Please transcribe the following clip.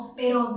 pero